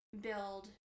build